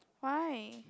why